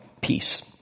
Peace